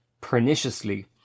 perniciously